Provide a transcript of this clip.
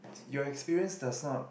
your experience does not